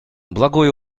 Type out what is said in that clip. благое